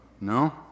no